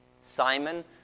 Simon